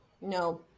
No